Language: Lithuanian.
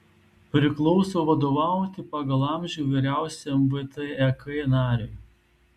priklauso vadovauti pagal amžių vyriausiam vtek nariui